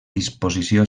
disposició